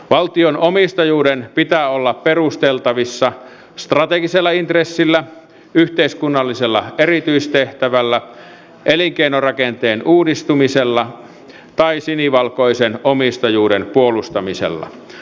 valtion omistajuuden pitää olla perusteltavissa strategisella intressillä yhteiskunnallisella erityistehtävällä elinkeinorakenteen uudistumisella tai sinivalkoisen omistajuuden puolustamisella